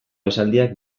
esaldiak